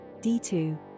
d2